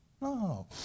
no